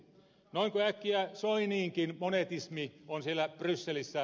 noinko äkkiä soiniinkin monetismi on siellä brysselissä